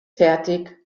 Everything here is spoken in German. fertig